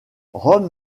rome